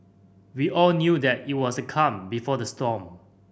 we all knew that it was the calm before the storm